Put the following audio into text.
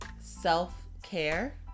self-care